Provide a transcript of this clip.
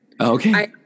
Okay